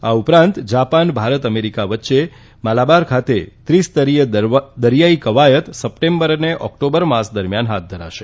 આ ઉપરાંત Japan Bharat America વચ્ચે માલાબાર ખાતે વ્રિ સ્તરીય દરિયાઈ કવાયત સપ્ટેમ્બર અને ઓકટોબર માસ દરમિયાન હાથ ધરાશે